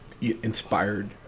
inspired